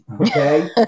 okay